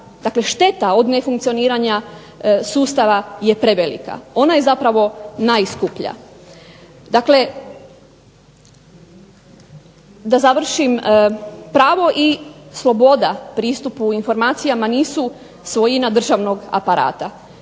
dakle šteta od nefunkcioniranja sustava je prevelika. Ona je zapravo najskuplja. Dakle da završim, pravo i sloboda pristupu informacijama nisu svojina državnog aparata,